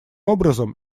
образом